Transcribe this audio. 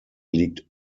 liegt